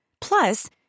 Plus